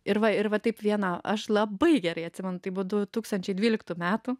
ir va ir va taip viena aš labai gerai atsimenu tai buvo du tūkstančiai dvyliktų metų